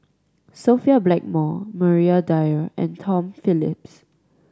Sophia Blackmore Maria Dyer and Tom Phillips